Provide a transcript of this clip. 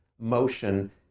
motion